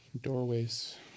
Doorways